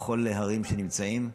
ואת כל ההרים שנמצאים.